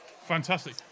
Fantastic